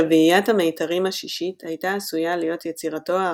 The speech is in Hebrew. רביעיית המיתרים השישית הייתה עשויה להיות יצירתו האחרונה,